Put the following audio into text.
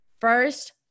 first